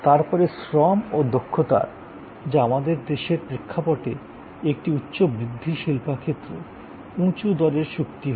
তারপরে শ্রম ও দক্ষতার যা আমাদের দেশের প্রেক্ষাপটে একটি উচ্চ বৃদ্ধির শিল্পক্ষেত্র উঁচু দরের চুক্তি হয়